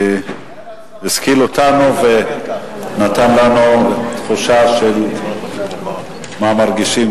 שהשכיל אותנו ונתן לנו תחושה של מה מרגישים